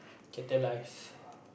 catalyse